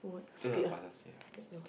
eh your father's here